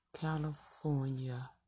California